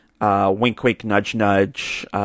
wink-wink-nudge-nudge